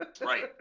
Right